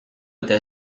eta